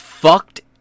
Fucked